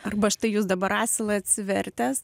arba štai jūs dabar asilą atsivertęs